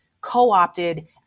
co-opted